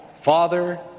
Father